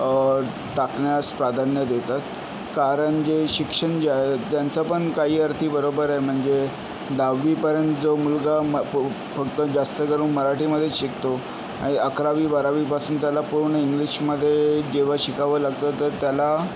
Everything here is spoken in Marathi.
टाकण्यास प्राधान्य देतात कारण जे शिक्षण जे आहे त्यांचंपण काही अर्थी बरोबर आहे म्हणजे दहावीपर्यंत जो मुलगा फ फक्त जास्तकरून मराठीमध्येच शिकतो आणि अकरावी बारावीपासून त्याला पूर्ण इंग्लिशमध्ये जेव्हा शिकावं लागतं तर त्याला